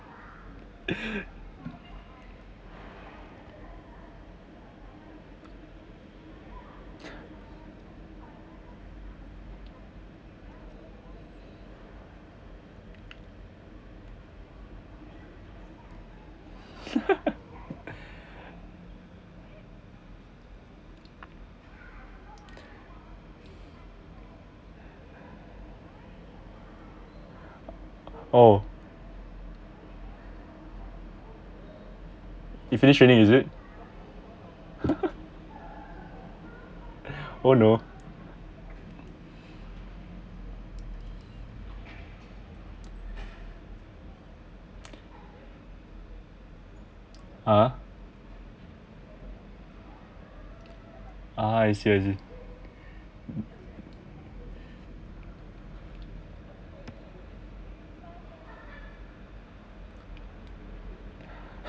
oh finish raining is it oh no (uh huh) ah I see I see